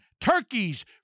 turkeys